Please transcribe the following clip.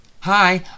Hi